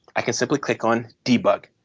i can simply click on debug.